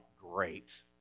great